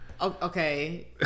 Okay